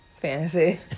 fantasy